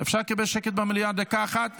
אפשר לקבל שקט במליאה דקה אחת?